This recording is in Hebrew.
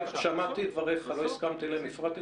שמעתי את דבריך, לא הסכמתי להם ולא הפרעתי.